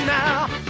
now